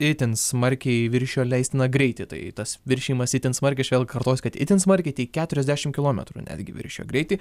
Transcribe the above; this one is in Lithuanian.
itin smarkiai viršijo leistiną greitį tai tas viršijimas itin smarkiai aš vėl kartosiu kad itin smarkiai tai keturiasdešim kilometrų netgi viršijo greitį